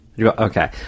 Okay